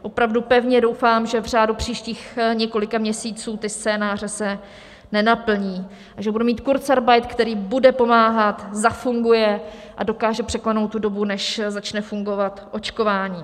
Opravdu pevně doufám, že v řádu příštích několika měsíců scénáře se ty nenaplní a že budeme mít kurzarbeit, který bude pomáhat, zafunguje a dokáže překlenout tu dobu, než začne fungovat očkování.